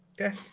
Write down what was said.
Okay